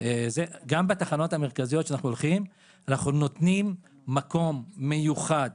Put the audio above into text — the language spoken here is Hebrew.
בבעיות שטח אז גם בתחנות המרכזיות אנחנו נותנים מקום מיוחד,